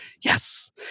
Yes